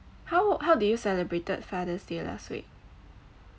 how how did you celebrated father's day last week